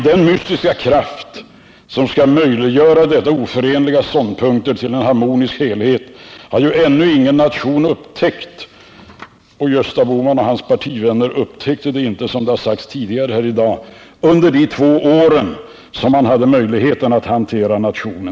Den mystiska kraft som skall göra dessa oförenliga ståndpunkter till en harmonisk helhet har ännu ingen nation upptäckt, och Gösta Bohman och hans partivänner upptäckte den inte heller, som det har sagts tidigare i dag, under de två åren som de hade möjlighet att hantera Sveriges ekonomi.